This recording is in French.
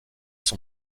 son